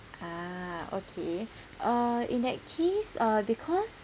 ah okay uh in that case uh because